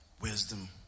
wisdom